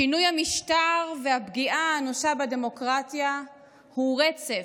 שינוי המשטר והפגיעה האנושה בדמוקרטיה הם רצף,